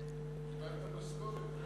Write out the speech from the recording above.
קיבלת משכורת על זה.